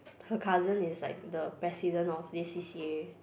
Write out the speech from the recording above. her cousin is like the president of this C_C_A